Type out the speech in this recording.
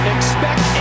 Expect